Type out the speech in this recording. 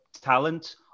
talent